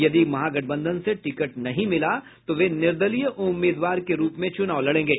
यदि महागठबंधन से टिकट नहीं मिला तो वे निर्दलीय उम्मीदवार के रूप में चुनाव लड़ेंगे